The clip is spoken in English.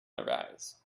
arise